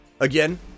again